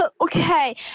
Okay